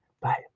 Bye